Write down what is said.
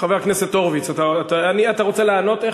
אתה רוצה לענות?